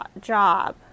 job